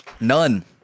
None